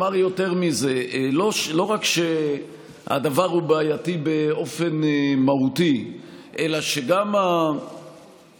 אומר יותר מזה: לא רק שהדבר הוא בעייתי באופן מהותי אלא שגם העניין